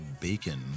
bacon